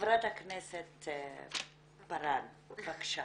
חברת הכנסת פארן, בבקשה.